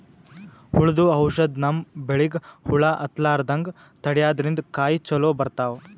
ಹುಳ್ದು ಔಷಧ್ ನಮ್ಮ್ ಬೆಳಿಗ್ ಹುಳಾ ಹತ್ತಲ್ಲ್ರದಂಗ್ ತಡ್ಯಾದ್ರಿನ್ದ ಕಾಯಿ ಚೊಲೋ ಬರ್ತಾವ್